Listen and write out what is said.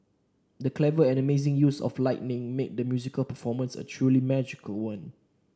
the clever and amazing use of lighting made the musical performance a truly magical one